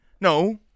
No